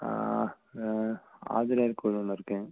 ஆஞ்சிநேயர் கோவில் ஒன்று இருக்குங்க